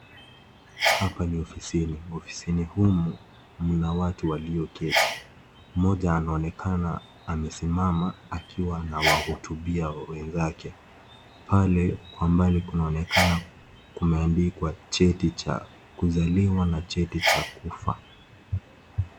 Hapa ni ofisini. Ofisini humu mna watu walioketi. Mmoja anonekana amesimama akiwa anawahutubia wenzake. Pale kwa mbali kunaokena kumeandikwa cheti cha kuzaliwa na cheti cha kufa.